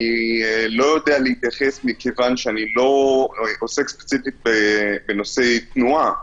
אני לא יודע להתייחס מכיוון שאני לא עוסק ספציפית בנושאי תנועה.